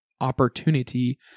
opportunity